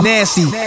Nasty